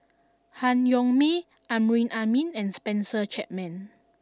Han Yong May Amrin Amin and Spencer Chapman